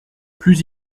plus